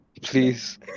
please